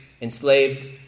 enslaved